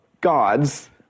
gods